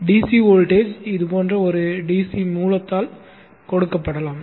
DC voltage இது போன்ற ஒரு DC மூலத்தால் கொடுக்கப்படலாம்